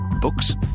Books